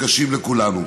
שקשים לכולנו.